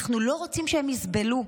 אנחנו לא רוצים שהם יסבלו.